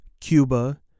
Cuba